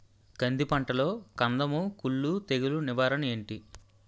కంది పంటలో కందము కుల్లు తెగులు నివారణ ఏంటి?